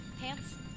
pants